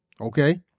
okay